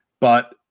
But-